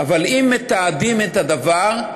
אם מתעדים את הדבר,